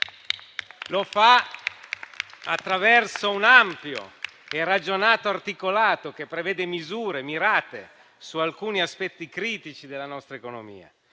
Lo fa attraverso un ampio e ragionato articolato, che prevede misure mirate su alcuni aspetti critici della nostra economia,